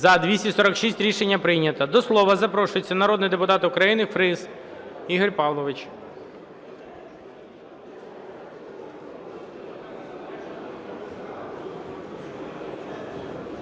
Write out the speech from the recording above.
За-246 Рішення прийнято. До слова запрошується народний депутат України Фріс Ігор Павлович.